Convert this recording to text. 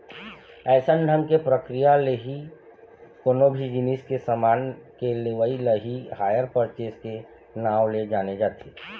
अइसन ढंग के प्रक्रिया ले ही कोनो भी जिनिस के समान के लेवई ल ही हायर परचेस के नांव ले जाने जाथे